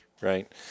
Right